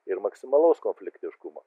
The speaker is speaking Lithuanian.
ir maksimalaus konfliktiškumo